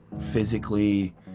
physically